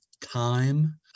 time